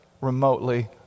remotely